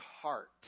heart